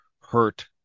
hurt